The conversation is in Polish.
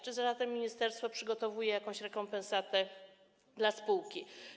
Czy zatem ministerstwo przygotowuje jakąś rekompensatę dla spółki?